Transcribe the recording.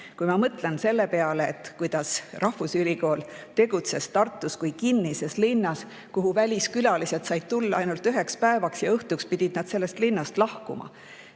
Kui ma mõtlen selle peale, kuidas rahvusülikool tegutses Tartus kui kinnises linnas, kuhu väliskülalised said tulla ainult üheks päevaks ja õhtuks pidid nad sellest linnast lahkuma,